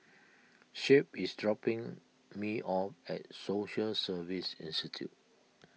Shep is dropping me off at Social Service Institute